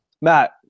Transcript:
Matt